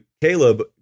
Caleb